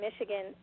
Michigan